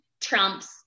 trumps